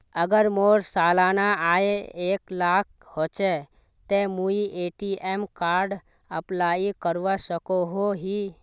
अगर मोर सालाना आय एक लाख होचे ते मुई ए.टी.एम कार्ड अप्लाई करवा सकोहो ही?